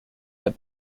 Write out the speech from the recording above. that